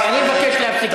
אני מבקש להפסיק את זה,